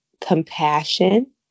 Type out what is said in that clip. compassion